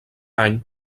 any